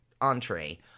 entree